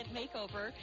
makeover